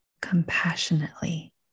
compassionately